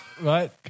Right